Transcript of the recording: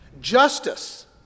justice